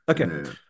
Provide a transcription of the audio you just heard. Okay